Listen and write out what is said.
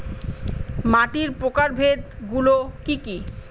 মাটির প্রকারভেদ গুলো কি কী?